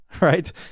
Right